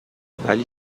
ولی